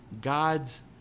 God's